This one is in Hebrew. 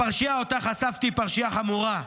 הפרשייה שאותה חשפתי היא פרשייה חמורה,